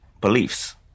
beliefs